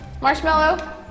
Marshmallow